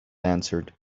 answered